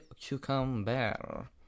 cucumber